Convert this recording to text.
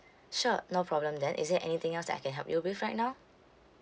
sure no problem then is there anything else that I can help you with right now